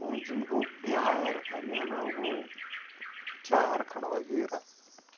پوٗنژِم گوٚو بِہار امہٕ علاوٕ گوٚو جارکھَنڈ وَغیرہ